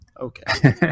okay